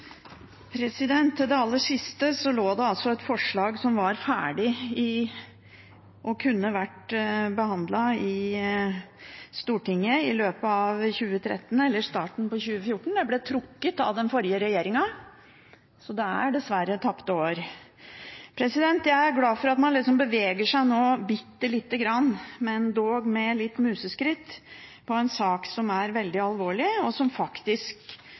Til det aller siste: Det lå et forslag som var ferdig og kunne vært behandlet i Stortinget i løpet av 2013 eller starten på 2014. Det ble trukket av den forrige regjeringen, så det er dessverre tapte år. Jeg er glad for at man nå beveger seg bitte lite grann, dog med museskritt, i en sak som er veldig alvorlig, og som faktisk